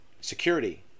security